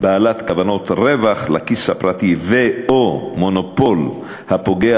בעלת כוונות רווח לכיס הפרטי ו/או מונופול הפוגע